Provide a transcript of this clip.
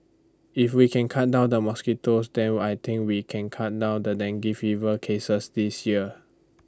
if we can cut down the mosquitoes then what I think we can cut down the dengue fever cases this year